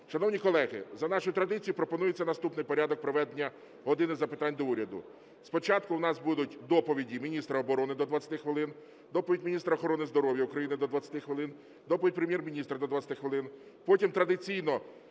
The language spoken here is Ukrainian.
Шановні колеги, за нашою традицією пропонується наступний порядок проведення "години запитань до Уряду". Спочатку у нас будуть доповіді: доповідь міністра оборони – до 20 хвилин, доповідь міністра охорони здоров'я України – до 20 хвилин, доповідь Прем'єр-міністр – до 20 хвилин. Потім, традиційно,